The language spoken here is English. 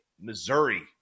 Missouri